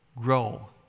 grow